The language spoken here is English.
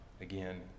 again